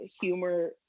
humor